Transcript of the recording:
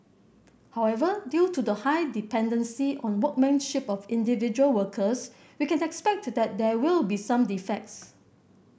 however due to the high dependency on workmanship of individual workers we can expect that there will be some defects